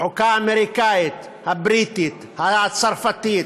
החוקה האמריקנית, הבריטית, הצרפתית,